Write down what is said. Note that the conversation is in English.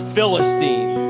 Philistine